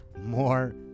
more